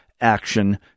action